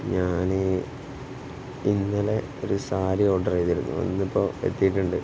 ഞാൻ ഇന്നലെ ഒരു സാരി ഓർഡർ ചെയ്തിരുന്നു ഇന്നിപ്പോൾ എത്തിയിട്ടുണ്ട്